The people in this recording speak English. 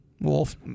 Wolf